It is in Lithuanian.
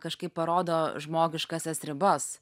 kažkaip parodo žmogiškąsias ribas